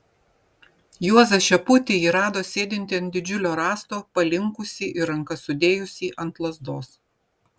juozą šeputį ji rado sėdintį ant didžiulio rąsto palinkusį ir rankas sudėjusį ant lazdos